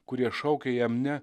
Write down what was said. kurie šaukė jam ne